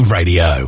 Radio